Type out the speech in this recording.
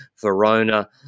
Verona